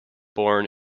born